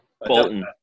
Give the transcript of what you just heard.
Bolton